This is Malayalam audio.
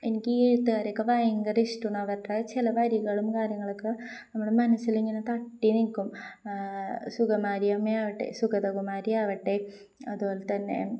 എനിക്ക് ഈ എഴുത്തുകാരെയൊക്കെ ഭയങ്കരം ഇഷ്ടമാണ് അവരുടെ ചില വരികളും കാര്യങ്ങളുമൊക്കെ നമ്മുടെ മനസ്സിലിങ്ങനെ തട്ടിനില്ക്കും സുഗതകുമാരിയാവട്ടെ അതുപോലെ തന്നെ